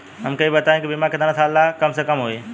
हमके ई बताई कि बीमा केतना साल ला कम से कम होई?